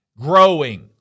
growing